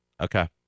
Okay